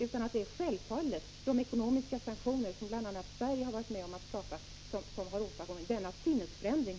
Det är i själva verket de ekonomiska sanktioner som bl.a. Sverige har varit med om att skapa som åstadkommit denna sinnesförändring.